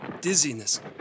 dizziness